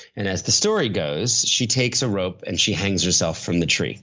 and as the story goes, she takes a rope and she hangs herself from the tree